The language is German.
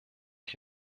ich